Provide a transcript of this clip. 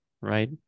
right